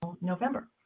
November